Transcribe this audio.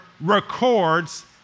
records